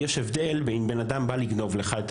יש הבדל בין אם בן אדם בא לגנוב לך את